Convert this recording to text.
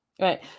Right